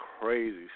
crazy